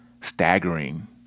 staggering